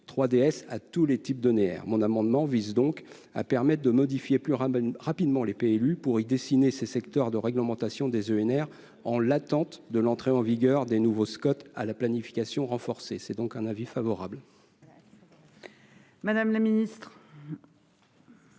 3DS à tous les types d'EnR. Mon amendement vise donc à permettre de modifier plus rapidement les PLU pour y dessiner ces secteurs de réglementation en l'attente de l'entrée en vigueur des nouveaux Scot à la planification renforcée. Quel est l'avis de la commission